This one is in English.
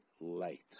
late